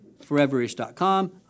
foreverish.com